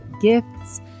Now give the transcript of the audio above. gifts